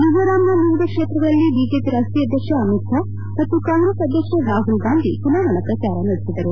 ಮಿಜೋರಾಂನ ವಿವಿಧ ಕ್ಷೇತ್ರಗಳಲ್ಲಿ ಬಿಜೆಪಿ ರಾಷ್ವೀಯ ಅಧ್ಯಕ್ಷ ಅಮಿತ್ ಷಾ ಮತ್ತು ಕಾಂಗ್ರೆಸ್ ಅಧ್ಯಕ್ಷ ರಾಹುಲ್ಗಾಂಧಿ ಚುನಾವಣಾ ಪ್ರಚಾರ ನಡೆಸಿದರು